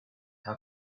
how